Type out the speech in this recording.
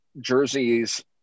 jerseys